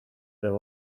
there